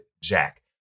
Jack